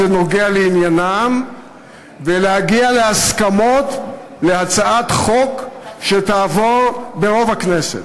נוגע לעניינם ולהגיע בהסכמות להצעת חוק שתעבור ברוב הכנסת.